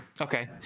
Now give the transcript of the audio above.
Okay